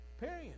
period